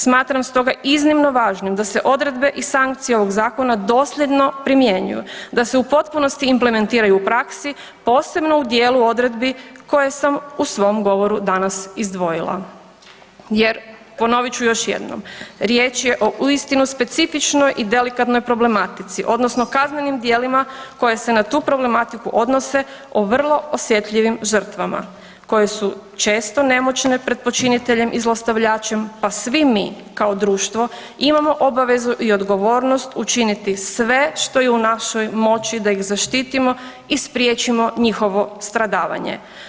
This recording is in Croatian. Smatram stoga iznimno važnim da se odredbe i sankcije ovog Zakona dosljedno primjenjuju, da se u potpunosti implementiraju u praksi, posebno u dijelu odredbi koje sam u svom govoru danas izdvojila jer, ponovit ću još jednom, riječ je o uistinu specifičnoj i delikatnoj problematici, odnosno kaznenim djelima koje se na tu problematiku odnose o vrlo osjetljivim žrtvama koje su često nemoćne pred počiniteljem i zlostavljačem, pa svi mi kao društvo imamo obavezu i odgovornost učiniti sve što je u našoj moći da ih zaštitimo i spriječimo njihovo stradavanje.